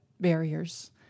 barriers